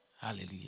Hallelujah